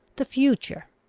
the future,